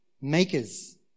makers